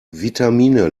vitamine